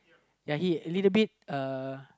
ya he little bit uh